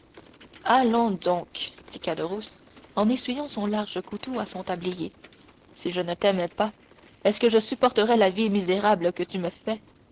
allons donc dit caderousse en essuyant son large couteau à son tablier si je ne t'aimais pas est-ce que je supporterais la vie misérable que tu me fais